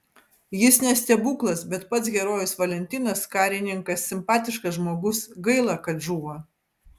jis ne stebuklas bet pats herojus valentinas karininkas simpatiškas žmogus gaila kad žūva